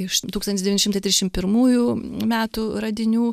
iš tūkstantis devyni šimtai trisdešim pirmųjų metų radinių